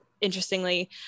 Interestingly